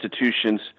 institutions